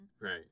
Right